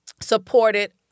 supported